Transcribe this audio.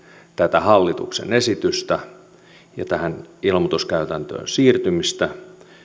tätä hallituksen esitystä ja tähän ilmoituskäytäntöön siirtymistä